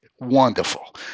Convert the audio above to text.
Wonderful